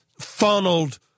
Funneled